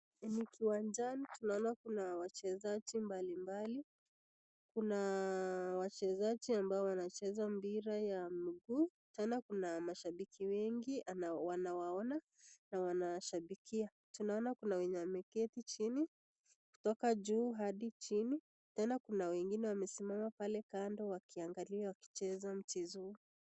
Kiwanjani tunaona wachezaji mbali mbali , kuna wachezaji ambao wanacheza mpira ya miguu, tena kuna mashabiki wengi wanawaona na wanawashabikia. Tunaona kuna wenye wameketi chini , kutoka juu hadi chini, tena kuna wenye wamesimama pale kando wakiangalia wakicheza mchezo huo.